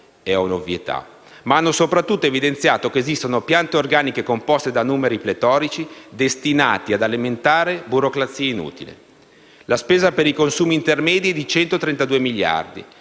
ma hanno soprattutto evidenziato che esistono piante organiche composte da numeri pletorici, destinate ad alimentare burocrazia inutile. La spesa per i consumi intermedi è di 132 miliardi.